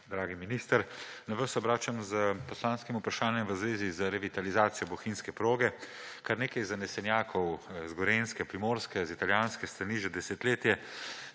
dragi minister! Na vas se obračam s poslanskim vprašanjem v zvezi z revitalizacijo bohinjske proge. Kar nekaj zanesenjakov iz Gorenjske, Primorske, z italijanske strani se že desetletje